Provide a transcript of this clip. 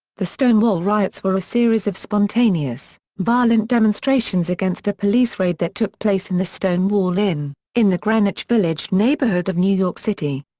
the stonewall riots were a series of spontaneous, violent demonstrations against a police raid that took place in the stonewall inn, in the greenwich village neighborhood of new york city.